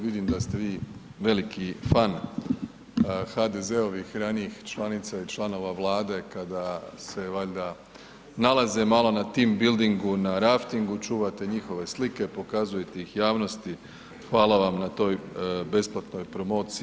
Vidim da ste vi veliki fan HDZ-ovih ranijih članica i članova vlade kada se valjda nalaze malo na team buildingu, na raftingu čuvate njihove slike, pokazujete ih javnosti, hvala vam na toj besplatnoj promociji.